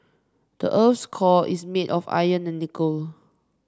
the earth's core is made of iron and nickel